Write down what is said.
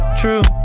true